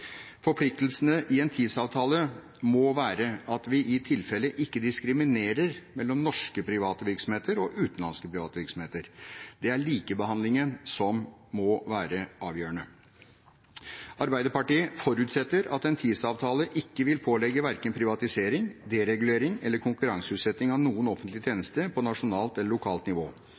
Forpliktelsene i en TISA-avtale må være at vi i tilfelle ikke diskriminerer mellom norske private virksomheter og utenlandske private virksomheter. Det er likebehandlingen som må være avgjørende. Arbeiderpartiet forutsetter at en TISA-avtale ikke vil pålegge verken privatisering, deregulering eller konkurranseutsetting av noen offentlig tjeneste på nasjonalt eller lokalt nivå.